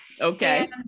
Okay